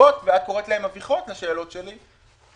תשובות ואת קוראת לשאלות שלי מביכות,